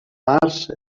març